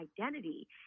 identity